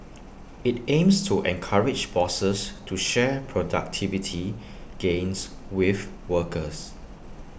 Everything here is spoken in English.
IT aims to encourage bosses to share productivity gains with workers